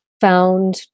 found